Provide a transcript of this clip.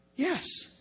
Yes